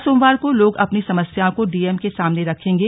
हर सोमवार को लोग अपनी समस्याओं को डीएम के सामने रखेंगे